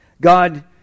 God